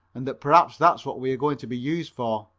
and that perhaps that's what we are going to be used for.